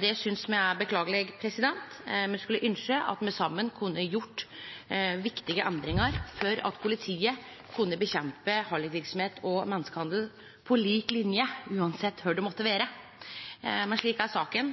Det synest me er beklageleg. Me skulle ønskje at me saman kunne gjort viktige endringar for at politiet kunne nedkjempe hallikverksemd og menneskehandel på lik linje, uansett kvar det måtte vere. Men slik er saka.